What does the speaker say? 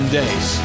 days